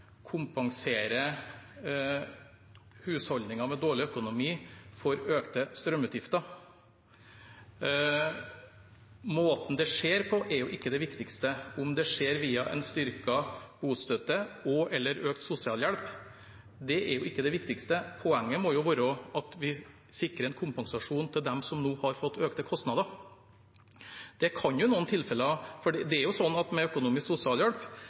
kompensere husholdninger med dårlig økonomi for økte strømutgifter. Måten det skjer på, er jo ikke det viktigste. Om det skjer via en styrket bostøtte og/eller økt sosialhjelp, er ikke det viktigste. Poenget må jo være at vi sikrer en kompensasjon til dem som nå har fått økte kostnader. Det er sånn med økonomisk sosialhjelp at nødvendige utgifter til strøm også er